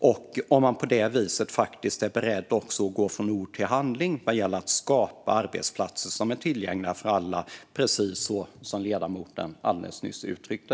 Är man beredd att gå från ord till handling vad gäller att skapa arbetsplatser som är tillgängliga för alla, fru talman, precis som ledamoten alldeles nyss uttryckte?